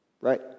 Right